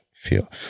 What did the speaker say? feel